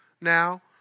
now